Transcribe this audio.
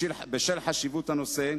בשל חשיבות הנושא,